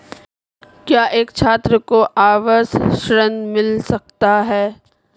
क्या एक छात्र को आवास ऋण मिल सकता है?